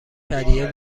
هدیه